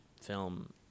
film